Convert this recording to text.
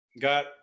got